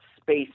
space